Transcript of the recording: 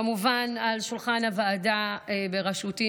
כמובן, על שולחן הוועדה בראשותי.